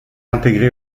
intégré